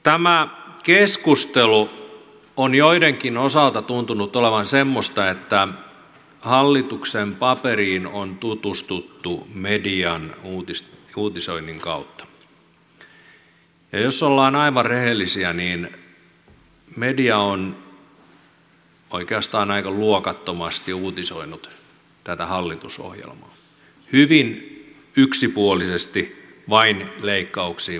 tämä keskustelu on joidenkin osalta tuntunut olevan semmoista että hallituksen paperiin on tutustuttu median uutisoinnin kautta ja jos ollaan aivan rehellisiä niin media on oikeastaan aika luokattomasti uutisoinut tätä hallitusohjelmaa hyvin yksipuolisesti vain leikkauksiin puuttuen